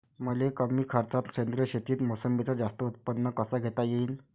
मले कमी खर्चात सेंद्रीय शेतीत मोसंबीचं जास्त उत्पन्न कस घेता येईन?